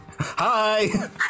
hi